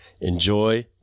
enjoy